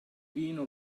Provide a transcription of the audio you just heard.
vino